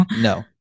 No